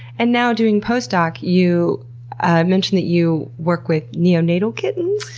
and now doing postdoc, you mentioned that you work with neonatal kittens.